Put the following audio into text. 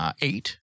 eight